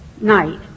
night